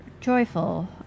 joyful